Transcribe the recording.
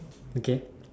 okay